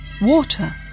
water